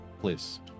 please